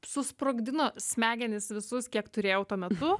susprogdino smegenis visus kiek turėjau tuo metu